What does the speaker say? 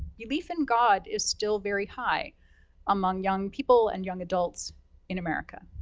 belief in god is still very high among young people and young adults in america.